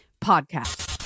Podcast